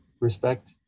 respect